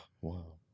Wow